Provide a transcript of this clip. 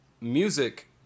music